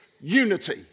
unity